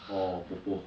or bobo